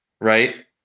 right